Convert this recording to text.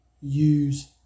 use